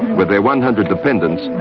with their one hundred dependants,